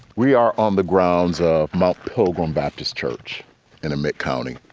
we are on the grounds of mount pilgrim baptist church in a mitt county.